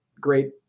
great